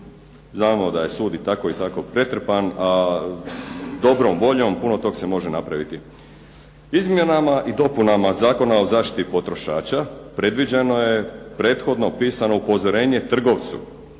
znamo da je sud i tako i tako pretrpan, a dobrom voljom puno tog se može napraviti. Izmjenama i dopunama Zakona o zaštiti potrošača predviđeno je prethodno pisano upozorenje trgovcu